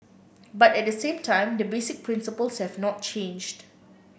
but at the same time the basic principles have not changed